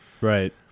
Right